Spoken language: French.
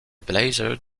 blazers